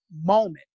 moment